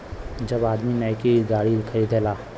जब आदमी नैकी गाड़ी खरीदेला